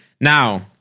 Now